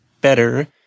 better